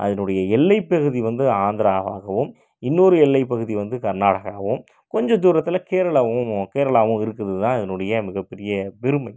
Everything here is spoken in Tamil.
அதனுடைய எல்லை பகுதி வந்து ஆந்திராவாகவும் இன்னொரு எல்லை பகுதி வந்து கர்நாடகாவாவும் கொஞ்ச தூரத்தில் கேரளாவாவும் கேரளாவாவும் இருக்குறதுதான் இதனுடைய மிக பெரிய பெருமை